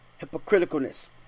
hypocriticalness